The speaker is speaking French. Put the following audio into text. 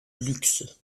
luxe